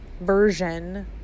version